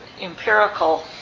empirical